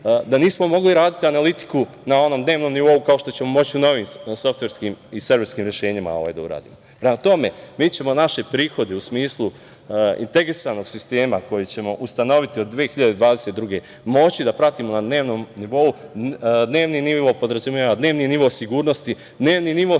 da nismo mogli raditi analitiku na dnevnom nivou kao što ćemo moći u novim softverskim i serverskim rešenjima da uradimo. Prema tome, mi ćemo naše prihode u smislu integrisanog sistema koji ćemo ustanoviti od 2022. godine moći da pratimo na dnevnom nivou, a dnevni nivo podrazumeva dnevni nivo sigurnosti. Dnevni nivo